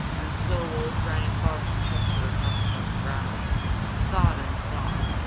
and so old granny fox puckered up her brows and thought and thought,